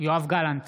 יואב גלנט,